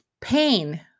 pain